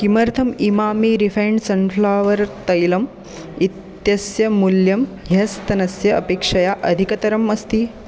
किमर्थम् इमामि refined sunflower तैलम् इत्यस्य मूल्यं ह्यस्तनस्य अपेक्षया अधिकतरम् अस्ति